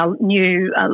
new